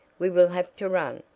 we will have to run!